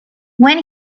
when